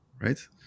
right